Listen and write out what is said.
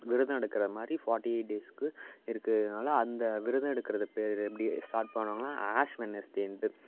விரதம் எடுக்கிற மாதிரி ஃபார்ட்டி எயிட் டேஸுக்கு இருக்கிறதுனால அந்த விரதம் எடுக்கிறது பேர் எப்படி ஸ்டார்ட் பண்ணுவாங்கனா ஆஷ் வென்னஸ்டேண்ட்டு